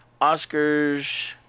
Oscars